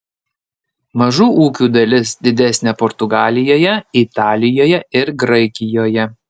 mažų ūkių dalis didesnė portugalijoje italijoje ir graikijoje